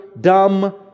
dumb